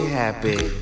happy